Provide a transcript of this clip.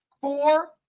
four